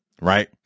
Right